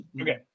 Okay